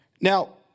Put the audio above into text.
Now